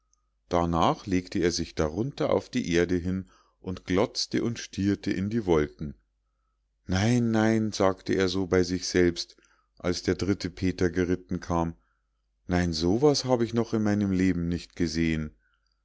darnach legte er sich darunter auf die erde hin und glotzte und stierte in die wolken nein nein sagte er so bei sich selbst als der dritte peter geritten kam nein so was hab ich noch in meinem leben nicht gesehen